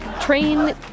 train